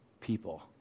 people